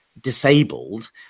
disabled